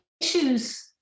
issues